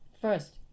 First